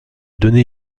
donner